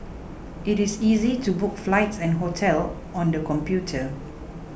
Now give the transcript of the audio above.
it is easy to book flights and hotels on the computer